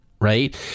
right